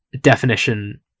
definition